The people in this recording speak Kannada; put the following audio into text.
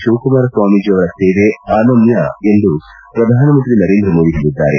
ಶಿವಕುಮಾರ ಸ್ವಾಮೀಜಿ ಅವರ ಸೇವೆ ಅನನ್ನ ಎಂದು ಪ್ರಧಾನಮಂತ್ರಿ ನರೇಂದ್ರ ಮೋದಿ ಹೇಳಿದ್ದಾರೆ